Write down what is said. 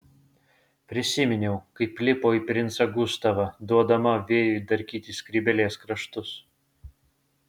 prisiminiau kaip lipo į princą gustavą duodama vėjui darkyti skrybėlės kraštus